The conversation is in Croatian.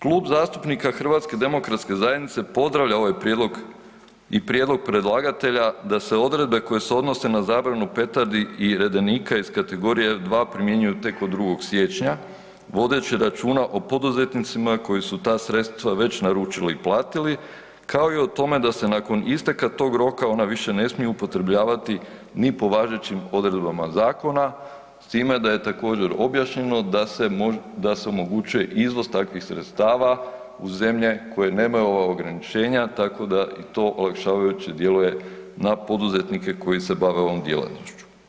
Klub zastupnika HDZ-a pozdravlja i ovaj prijedlog predlagatelja da se odredbe koje se odnose na zabranu petardi i redenika iz kategorije F2 primjenjuju tek od 2. siječnja vodeći računa o poduzetnicima koji su ta sredstva već naručili i platili kao i o tome da se nakon isteka tog roka ona više ne smiju upotrebljavati ni po važećim odredbama zakona, s time da je također objašnjeno da se omogućuje izvoz takvih sredstava u zemlje koje nemaju ova ograničenja, tako da i to olakšavajuće djeluje na poduzetnike koji se bave ovom djelatnošću.